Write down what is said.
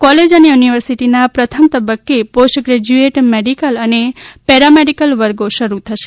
college અને યુનિવર્સીટીના પ્રથમ તબકકે પોસ્ટ ગ્રેજયુએટ મેડીકલ અને પેરામેડિકલ વર્ગો શરૂ થશે